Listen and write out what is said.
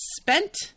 spent